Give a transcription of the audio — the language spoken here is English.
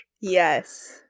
Yes